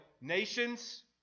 nations